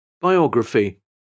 Biography